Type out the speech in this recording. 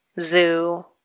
Zoo